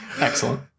Excellent